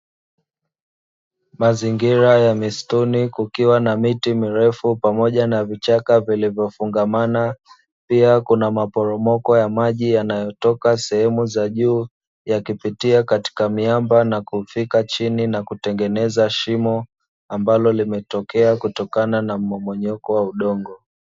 Mazingira ya misituni kukiwa na miti mirefu pamoja na vichaka vilivyofungamana, pia kuna maporomoko ya maji yanayotoka sehemu za juu yakipitia katika miamba, na kufika chini na kutengeneza shimo ambalo limetokea kutokana na mmomonyoko w audongo.